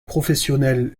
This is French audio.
professionnel